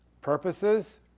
purposes